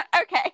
Okay